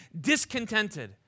discontented